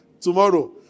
tomorrow